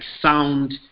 sound